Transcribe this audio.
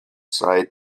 side